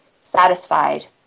satisfied